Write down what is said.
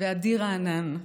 עדי רענן,